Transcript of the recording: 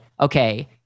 okay